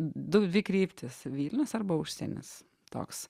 du dvi kryptys vilnius arba užsienis toks